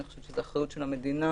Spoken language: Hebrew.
אני חושבת שזו אחריות של המדינה